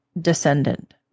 descendant